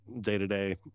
day-to-day